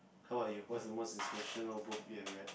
how are you what's the most inspirational book you ever read